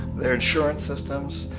their insurance systems,